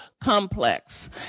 complex